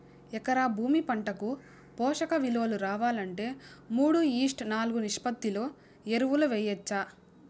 ఎకరా భూమి పంటకు పోషక విలువలు రావాలంటే మూడు ఈష్ట్ నాలుగు నిష్పత్తిలో ఎరువులు వేయచ్చా?